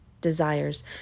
desires